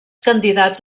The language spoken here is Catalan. candidats